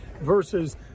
versus